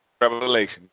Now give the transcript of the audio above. revelation